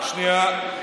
רק שנייה.